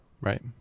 Right